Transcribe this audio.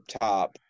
top